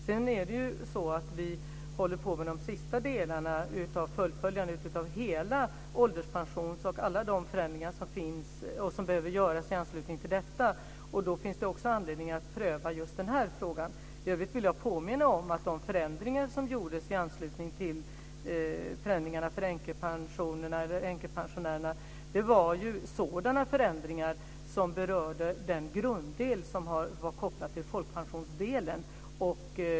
Sedan är det så att vi håller på med de sista delarna av fullföljandet av hela ålderspensionssystemet och alla de förändringar som behöver göras i anslutning till detta. Då finns det också anledning att pröva just denna fråga. I övrigt vill jag påminna om att de förändringar som gjordes i anslutning till förändringarna för änkorna var sådana förändringar som berörde den grunddel som var kopplad till folkpensionsdelen.